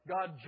God